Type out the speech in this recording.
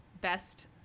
best